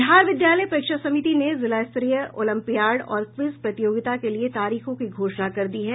बिहार विद्यालय परीक्षा समिति ने जिलास्तरीय ओलिम्पियड और क्विज प्रतियोगिता के लिए तारीखों की घोषणा कर दी है